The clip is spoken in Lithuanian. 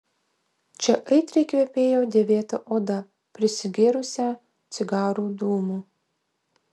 čia aitriai kvepėjo dėvėta oda prisigėrusią cigarų dūmų